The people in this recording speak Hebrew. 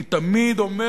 אני תמיד אומר